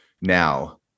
now